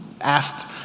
asked